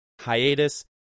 Hiatus